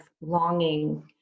longing